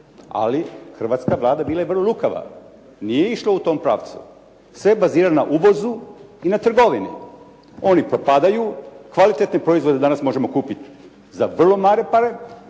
ali hrvatska Vlada bila je vrlo lukava, nije išla u tom pravcu. Sve bazira na uvozu i na trgovini. Oni propadaju, kvalitetne proizvode danas možemo kupiti za vrlo male pare,